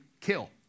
kill